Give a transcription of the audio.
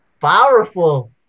Powerful